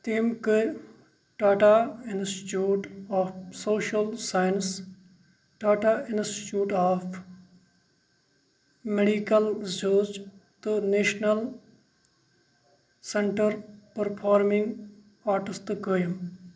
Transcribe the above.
تٔمۍ كٔر Tata institute of social science, Tata institute of medical research, تہٕ نیشنل سینٹر پٔرفارمنگ آرٹس تہِ قٲیِم